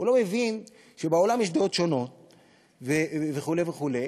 הוא לא מבין שבעולם יש דעות שונות וכו' וכו',